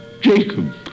Jacob